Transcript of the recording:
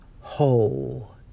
whole